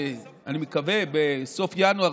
אני מקווה בסוף ינואר,